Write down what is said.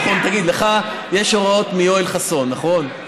תגיד, לך יש הוראות מיואל חסון, נכון?